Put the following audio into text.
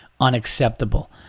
unacceptable